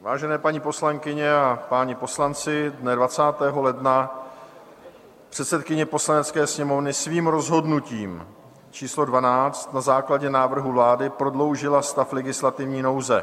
Vážené paní poslankyně a páni poslanci, dne 20. ledna předsedkyně Poslanecké sněmovny svým rozhodnutím číslo 12 na základě návrhu vlády prodloužila stav legislativní nouze.